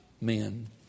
men